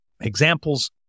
examples